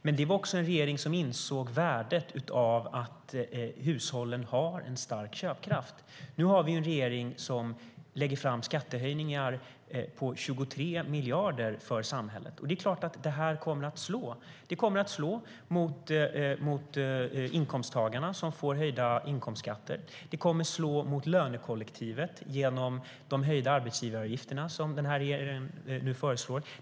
Men det var också en regering som insåg värdet av att hushållen har en stark köpkraft. Nu har vi en regering som lägger fram förslag om skattehöjningar på 23 miljarder för samhället. Det är klart att det kommer att slå mot inkomsttagarna som får höjda inkomstskatter. Det kommer att slå mot lönekollektivet genom de höjda arbetsgivaravgifter som regeringen nu föreslår.